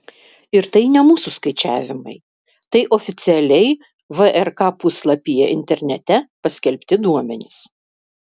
ir tai ne mūsų skaičiavimai tai oficialiai vrk puslapyje internete paskelbti duomenys